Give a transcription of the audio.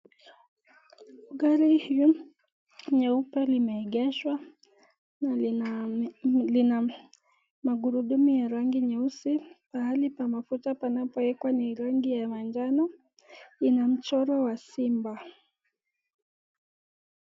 Gari hiyo nyeupe limeegeshwa na lina magurudumu ya rangi nyeusi pahali pa mafuta panapowekwa ni rangi ya manjano ina mchoro wa simba.